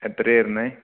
എത്രയാണ് വരുന്നത്